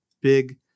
big